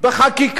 בחקיקה,